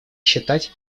считать